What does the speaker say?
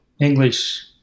English